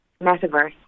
Metaverse